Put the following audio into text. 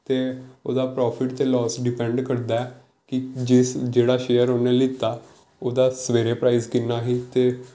ਅਤੇ ਉਹਦਾ ਪ੍ਰੋਫਿਟ ਅਤੇ ਲੋਸ ਡਿਪੇਂਡ ਕਰਦਾ ਕਿ ਜਿਸ ਜਿਹੜਾ ਸ਼ੇਅਰ ਉਹਨੇ ਲਿਆ ਉਹਦਾ ਸਵੇਰੇ ਪ੍ਰਾਈਸ ਕਿੰਨਾ ਸੀ ਅਤੇ